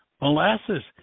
molasses